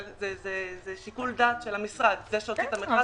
זה שיקול דעת של המשרד שהוציא את המכרז.